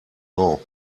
know